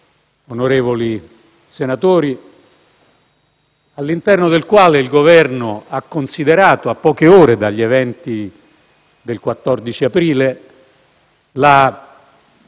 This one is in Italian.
onorevoli senatori, all'interno del quale il Governo ha considerato, a poche ore dagli eventi del 14 aprile, la